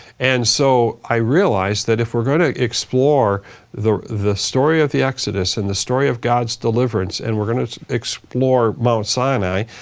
and so i realized that if we're gonna explore the the story of the exodus and the story of god's deliverance and we're gonna explore mount sinai,